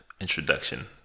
introduction